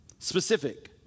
specific